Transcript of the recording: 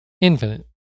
infinite